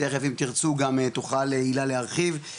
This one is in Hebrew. תיכף אם תירצו גם תוכל לירון להרחיב,